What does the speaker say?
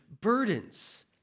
burdens